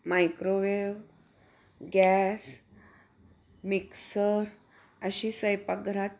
microwave gas mixer अशी स्वयंपाकघरात